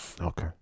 Okay